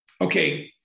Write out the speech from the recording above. okay